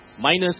minus